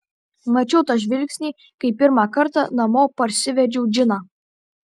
mačiau tą žvilgsnį kai pirmą kartą namo parsivedžiau džiną